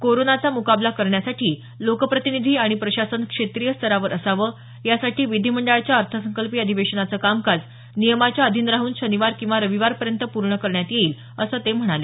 कोरोनाचा मुकाबला करण्यासाठी लोकप्रतिनिधी आणि प्रशासन क्षेत्रिय स्तरावर असावं यासाठी विधीमंडळाच्या अर्थसंकल्पीय अधिवेशनाचं कामकाज नियमाच्या अधीन राहून शनिवार किंवा रविवारपर्यंत पूर्ण करण्यात येईल असं ते म्हणाले